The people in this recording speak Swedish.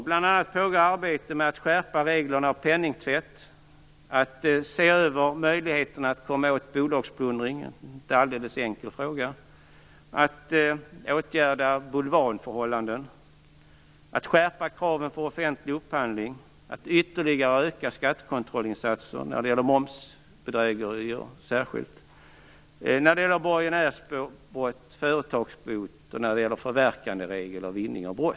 Bl.a. pågår det ett arbete med att skärpa reglerna om penningtvätt, att se över möjligheterna att komma åt bolagsplundring - en inte alldeles enkel fråga - att åtgärda bulvanförhållanden, att skärpa kraven vid offentlig upphandling, att ytterligare öka skattekontrollsinsatserna särskilt när det gäller momsbedrägerier, borgenärsbrott, företagsbot och förverkanderegel och vinning av brott.